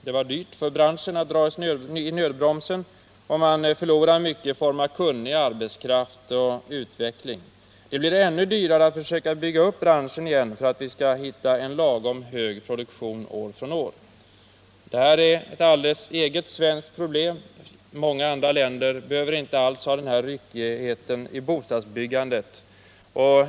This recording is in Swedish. Det var dyrt för branschen att dra i nödbromsen, och man förlorade mycket i form av kunnig arbetskraft och utveckling. Det blir ännu dyrare att försöka bygga upp branschen igen för att vi skall hitta en lagom hög produktion år från år. Det här är ett alldeles eget svensk problem. Många andra länder behöver inte alls ha den här ryckigheten i bostadsbyggandet.